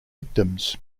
victims